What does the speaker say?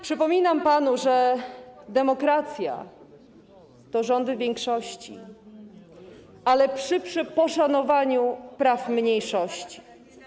Przypominam panu, że demokracja to rządy większości, ale przy poszanowaniu praw mniejszości.